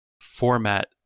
format